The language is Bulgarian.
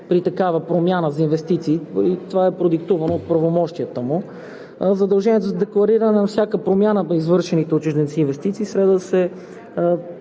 при такава промяна за инвестиции. Това е продиктувано от правомощията му. Задължението за деклариране на всяка промяна по извършените от чужденци инвестиции следва да се